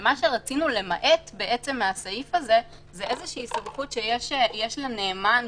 מה שרצינו למעט מן הסעיף הזה הוא סמכות שיש לנאמן,